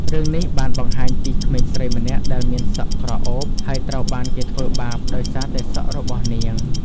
រឿងនេះបានបង្ហាញពីក្មេងស្រីម្នាក់ដែលមានសក់ក្រអូប ហើយត្រូវបានគេធ្វើបាបដោយសារតែសក់របស់នាង។